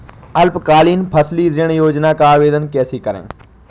अल्पकालीन फसली ऋण योजना का आवेदन कैसे करें?